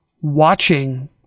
watching